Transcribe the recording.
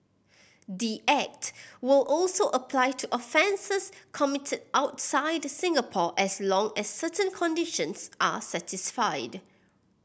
the act will also apply to offences committed outside Singapore as long as certain conditions are satisfied